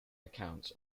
accounts